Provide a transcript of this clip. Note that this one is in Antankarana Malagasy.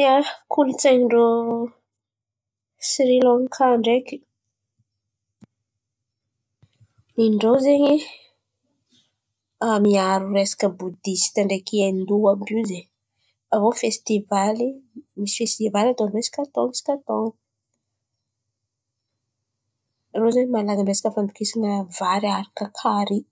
Ia, kolontsain̈y ndrô Sirilaka ndreky, nin-drô zen̈y miaro resaka bodista ndreky Aindy àby io zen̈y. Avô fesitivaly misy fesitivaly atô drô hisaka tôn̈ô, hisaka tôn̈ô. Irô zen̈y malaza amin’ny resaka vary aharaka karia